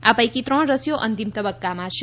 આ પૈકી ત્રણ રસીઓ અંતિમ તબક્કામાં છે